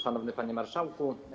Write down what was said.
Szanowny Panie Marszałku!